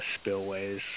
spillways